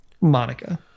Monica